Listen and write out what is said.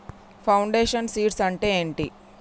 Foundation seeds అంటే ఏంటి?